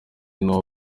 n’uwo